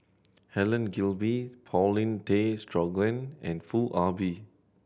Helen Gilbey Paulin Tay Straughan and Foo Ah Bee